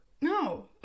no